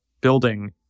building